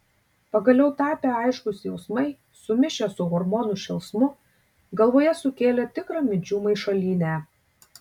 pagaliau tapę aiškūs jausmai sumišę su hormonų šėlsmu galvoje sukėlė tikrą minčių maišalynę